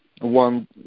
one